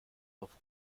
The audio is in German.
auf